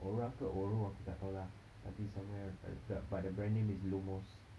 aura ke auro aku tak tahu lah tapi somewhere bu~ but the brand name is LUMOS